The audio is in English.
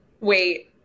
Wait